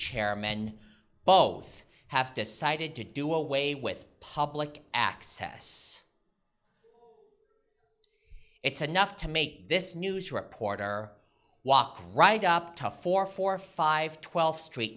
chairman both have decided to do away with public access it's enough to make this news reporter walk right up to four four five twelfth street